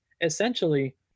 essentially